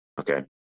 Okay